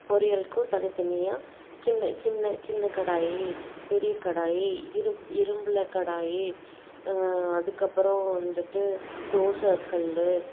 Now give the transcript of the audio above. பொரியலுக்கும் தனி தனியாக சின்ன சின்ன சின்ன கடாய் பெரிய கடாய் இரும்ப் இரும்பில் கடாய் அதுக்கப்புறம் வந்துட்டு தோசை கல்